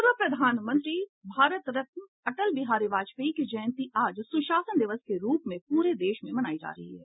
पूर्व प्रधानमंत्री भारत रत्न अटल बिहारी वाजपेयी की जयंती आज सुशासन दिवस के रूप में पूरे देश में मनाई जा रही है